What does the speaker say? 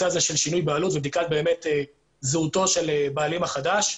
הזה של שינוי בעלות ובדיקת זהותו של הבעלים החדש.